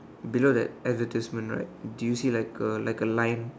below that advertisement right do you see like a like a line